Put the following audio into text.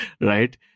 right